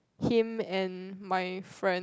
him and my friend